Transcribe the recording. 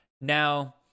now